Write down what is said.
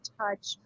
touch